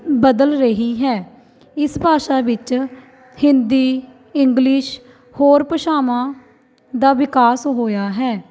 ਬਦਲ ਰਹੀ ਹੈ ਇਸ ਭਾਸ਼ਾ ਵਿੱਚ ਹਿੰਦੀ ਇੰਗਲਿਸ਼ ਹੋਰ ਭਾਸ਼ਾਵਾਂ ਦਾ ਵਿਕਾਸ ਹੋਇਆ ਹੈ